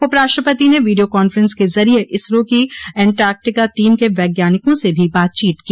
उप राष्ट्रपति ने वीडियो कांफ्रेंस के जरिये इसरो की एंटार्कटिका टीम के वैज्ञानिकों से भी बातचीत की